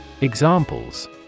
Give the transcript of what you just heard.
Examples